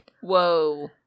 Whoa